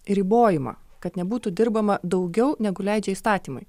ribojimą kad nebūtų dirbama daugiau negu leidžia įstatymai